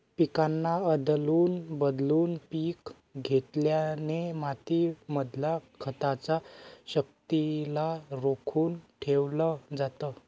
पिकांना आदलून बदलून पिक घेतल्याने माती मधल्या खताच्या शक्तिला रोखून ठेवलं जातं